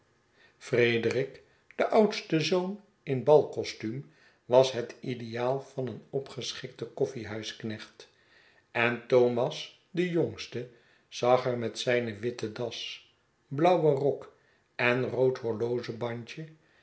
frederik de oudste zoon in balcostuum was het ideaal van een opgeschikten koffiehuisknecht en thomas de jongste zag er met zijne witte das blauwen rok en rood horlogebandje